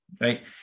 right